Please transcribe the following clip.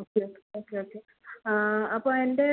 okay okay okay അപ്പോൾ എൻ്റെ